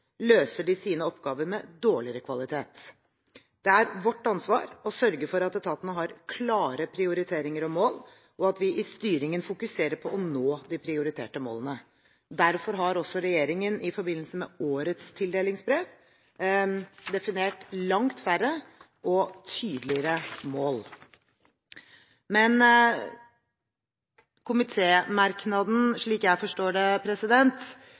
løser de sine oppgaver med dårligere kvalitet. Det er vårt ansvar å sørge for at etatene har klare prioriteringer og mål, og at vi i styringen fokuserer på å nå de prioriterte målene. Derfor har også regjeringen i forbindelse med årets tildelingsbrev definert langt færre og tydeligere mål. Men komitémerknaden, slik jeg forstår den, kritiserer ikke prinsippene som ligger bak mål- og resultatstyring. Det